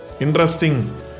Interesting